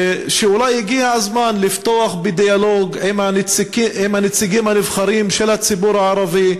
שאולי הגיע הזמן לפתוח בדיאלוג עם הנציגים הנבחרים של הציבור הערבי,